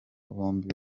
bombi